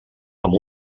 amb